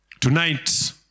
Tonight